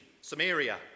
Samaria